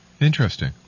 interesting